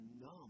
numb